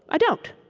i don't.